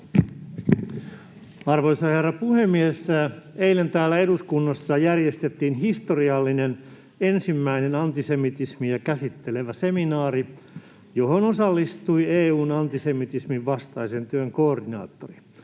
Arvoisa herra puhemies! Eilen täällä eduskunnassa järjestettiin historiallinen, ensimmäinen antisemitismiä käsittelevä seminaari, johon osallistui EU:n antisemitismin vastaisen työn koordinaattori.